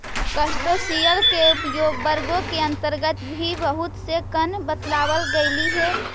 crustacean के उपवर्गों के अन्तर्गत भी बहुत से गण बतलावल गेलइ हे